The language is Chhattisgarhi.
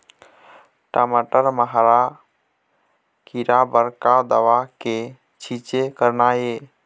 टमाटर म हरा किरा बर का दवा के छींचे करना ये?